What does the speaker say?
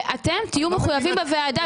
ואתם תהיו מחויבים בוועדה